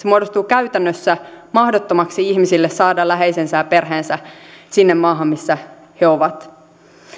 muodostuu käytännössä mahdottomaksi ihmisille saada läheisensä ja perheensä siihen maahan missä he ovat